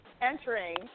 entering